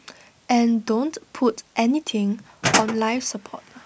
and don't put anything on life support